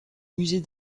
musée